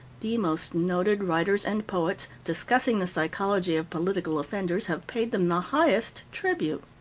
the most noted writers and poets, discussing the psychology of political offenders, have paid them the highest tribute.